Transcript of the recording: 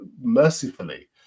mercifully